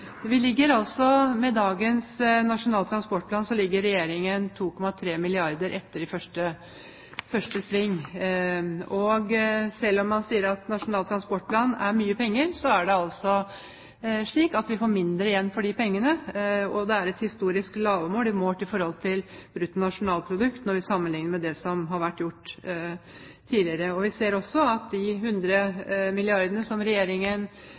vi er tilbake på det samme sporet. Med dagens Nasjonale transportplan ligger Regjeringen 2,3 milliarder kr etter i første sving. Selv om man sier at Nasjonal transportplan dreier seg om mange penger, får vi altså mindre igjen for de pengene, og det er et historisk lavmål, målt i forhold til brutto nasjonalprodukt, når vi sammenlikner med det som har vært gjort tidligere. Vi ser også at når det gjelder de hundre milliardene som Regjeringen